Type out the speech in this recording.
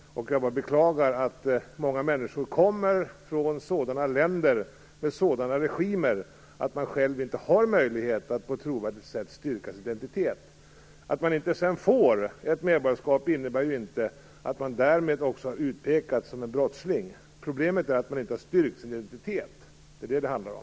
Jag bara beklagar att många människor som kommer från sådana länder med sådana regimer själva inte har möjlighet att på ett trovärdigt sätt styrka sin identitet. Att man sedan inte får medborgarskap innebär inte att man därmed utpekas som en brottsling, utan problemet är att man inte har styrkt sin identitet. Det är det som det handlar om.